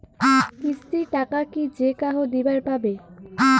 কিস্তির টাকা কি যেকাহো দিবার পাবে?